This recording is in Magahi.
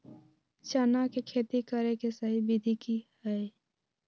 चना के खेती करे के सही विधि की हय?